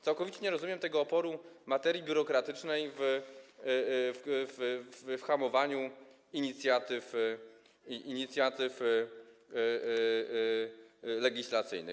Całkowicie nie rozumiem tego oporu materii biurokratycznej i hamowania inicjatyw legislacyjnych.